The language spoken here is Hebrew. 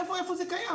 איפה זה קיים?